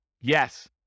Yes